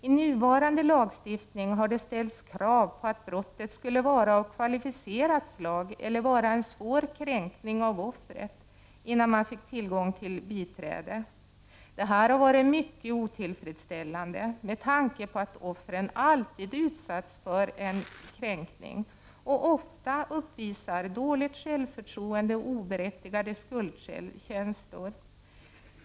I nuvarande lagstiftning har det ställts krav på att brottet skulle vara av kvalificerat slag eller vara en svår kränkning av offret innan man fick tillgång till biträde. Detta har varit mycket otillfredsställande med tanke på att offren alltid utsätts för en kränkning och ofta uppvisar dåligt självförtroende och oberättigade skuldkänslor.